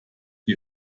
die